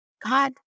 God